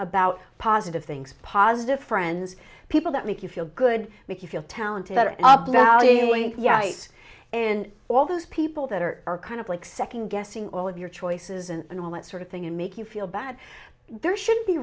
about positive things positive friends people that make you feel good because you feel talented yes and all those people that are are kind of like second guessing all of your choices and all that sort of thing and make you feel bad there should